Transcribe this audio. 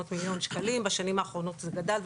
בשנים האחרונות זה גדל,